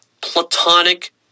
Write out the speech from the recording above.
platonic